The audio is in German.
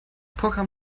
programm